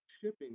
shipping